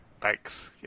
thanks